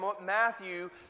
Matthew